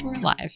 Live